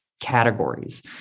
categories